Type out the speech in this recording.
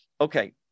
okay